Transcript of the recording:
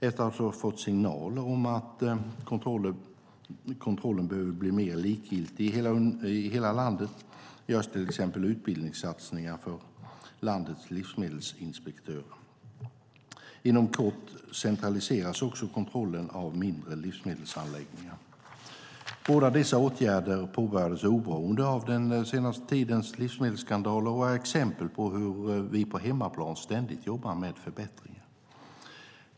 Efter att ha fått signaler om att kontrollen behöver bli mer likvärdig i hela landet görs till exempel utbildningssatsningar för landets livsmedelsinspektörer. Inom kort centraliseras också kontrollen av mindre livsmedelsanläggningar. Båda dessa åtgärder har påbörjats oberoende av den senaste tidens livsmedelsskandaler och är exempel på hur vi på hemmaplan ständigt jobbar med förbättringar.